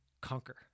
conquer